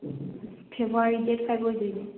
February date ꯐꯥꯏꯕ ꯑꯣꯏꯗꯣꯏꯅꯦ